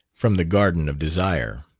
from the garden of desire.